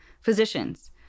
physicians